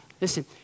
listen